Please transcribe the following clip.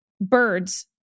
birds